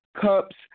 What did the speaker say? cups